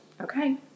okay